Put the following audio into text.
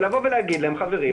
ולהגיד להם 'חברים,